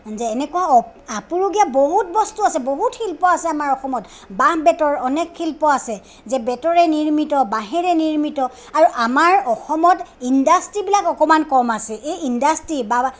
যে এনেকুৱা অপ আপুৰুগীয়া বহুত বস্তু আছে বহুত শিল্প আছে আমাৰ অসমত বাঁহ বেতৰ অনেক শিল্প আছে যে বেতৰে নিৰ্মিত বাঁহেৰে নিৰ্মিত আৰু আমাৰ অসমত ইণ্ডাষ্ট্ৰীবিলাক অকণমান কম আছে এই ইণ্ডাষ্ট্ৰী বা